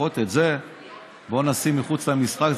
לפחות את זה בואו נשים מחוץ למשחק.